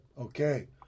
Okay